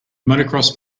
motocross